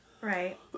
Right